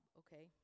okay